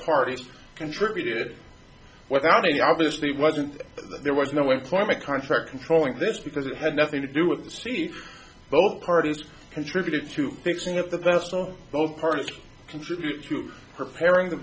parties contributed without any obviously wasn't there was no employer my contract controlling this because it had nothing to do with the speech both parties contributed to fixing it the best on both parties contribute to preparing the